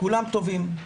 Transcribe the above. כולם טובים.